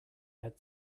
had